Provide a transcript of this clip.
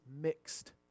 mixed